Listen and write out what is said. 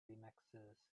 remixes